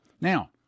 Now